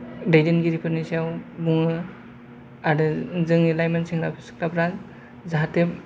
दैदेनगिरिफोरनि सिगाङाव बुङो आरो जोङो लाइमोन सेंग्रा सिख्लाफोरा जाहाथे